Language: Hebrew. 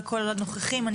הנוכחים.